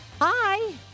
Hi